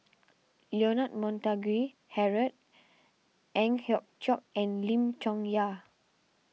Leonard Montague Harrod Ang Hiong Chiok and Lim Chong Yah